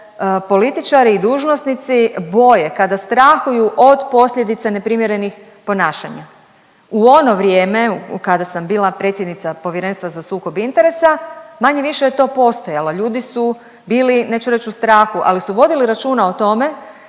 se političari i dužnosnici boje, kada strahuju od posljedica neprimjernih ponašanja. U ono vrijeme kada sam bila predsjednica Povjerenstva za sukob interesa manje-više je to postojalo, ljudi su bili, neću reć u strahu, ali su vodili računa o tome